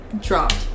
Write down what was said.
dropped